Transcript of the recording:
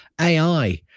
AI